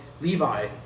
Levi